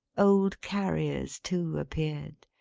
old carriers too, appeared,